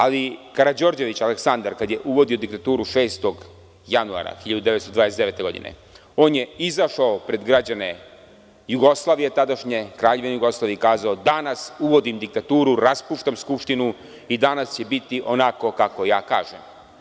Ali, Karađorđević Aleksandar kad je uvodio diktaturu 6. januara 1929. godine on je izašao pred građane Jugoslavije tadašnje Kraljevine Jugoslavije i kazao – danas uvodim diktaturu, raspuštam Skupštinu i danas će biti onako kako ja kažem.